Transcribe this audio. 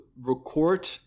record